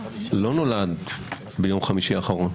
לא נולד ביום חמישי האחרון,